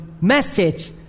message